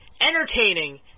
entertaining